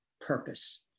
purpose